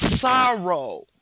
sorrow